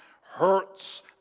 hurts